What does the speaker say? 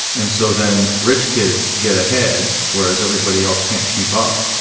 and so then rich kids get ahead whereas everybody else can't keep up.